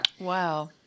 wow